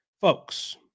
folks